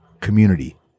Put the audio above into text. community